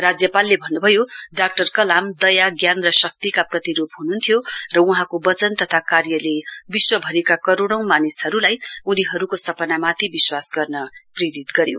राज्यपालले भन्नुभयो डाक्टर कलाम दयाज्ञान र शक्तिका प्रतिरुप हुनुहुन्थ्यो र वहाँको वचन तथा कार्यले विश्वभरिका करोड़ौ मानिसहरुलाई उनीहरुको सपनामाथि विश्वास गर्न प्रेरित गर्यो